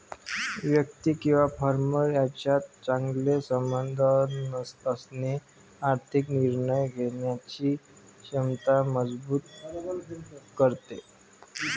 व्यक्ती किंवा फर्म यांच्यात चांगले संबंध असणे आर्थिक निर्णय घेण्याची क्षमता मजबूत करते